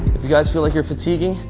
if you guys feel like you're fatiguing,